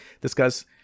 discuss